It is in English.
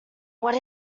what